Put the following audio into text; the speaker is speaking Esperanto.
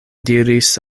diris